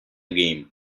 game